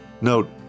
note